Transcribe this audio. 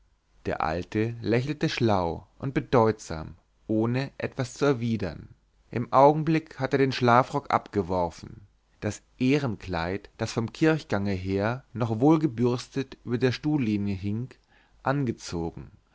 der alte lächelte schlau und bedeutsam ohne etwas zu erwidern im augenblick hatte er den schlafrock abgeworfen das ehrenkleid das vom kirchgange her noch wohlgebürstet über der stuhllehne hing angezogen